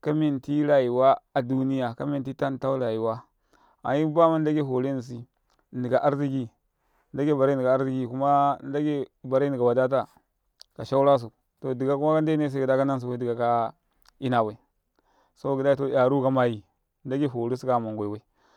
kamenti tentau rayuwa aiba man n ɗ agai forenise nnika arziki n ɗ agai barenika arziki kuma n ɗ agai barenika wa ɗ ata kakinan kasu, to ɗ ika kuma ka n ɗ ene se ka ɗ a kaansiba ka inabai saboka gi ɗ ii 'yaru ka mayi n ɗ agaiforu sukaya man ngwaibai